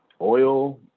oil